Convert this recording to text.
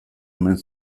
omen